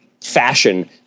fashion